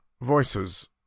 voices